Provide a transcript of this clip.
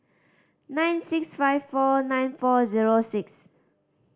nine six five four nine four zero six